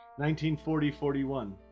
1940-41